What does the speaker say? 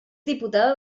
diputada